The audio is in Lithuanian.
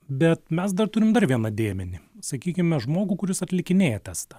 bet mes dar turim dar vieną dėmenį sakykime žmogų kuris atlikinėja testą